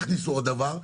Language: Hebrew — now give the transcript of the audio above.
יכניסו עוד דבר,